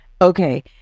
okay